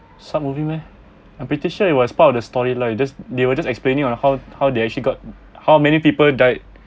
sub movie meh I'm pretty sure it was part of the storyline just they were just explaining on how how they actually got how many people died